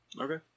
Okay